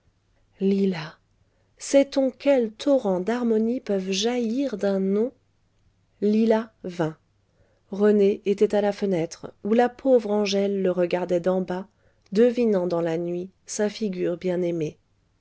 lila sait-on quels torrents d'harmonie peuvent jaillir d'un nom lila vint rené était à la fenêtre où la pauvre angèle le regardait d'en bas devinant dans la nuit sa figure bien-aimée